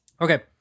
Okay